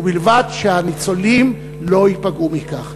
ובלבד שהניצולים לא ייפגעו מכך.